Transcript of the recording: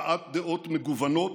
הבעת דעות מגוונות